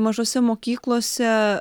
mažose mokyklose